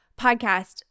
podcast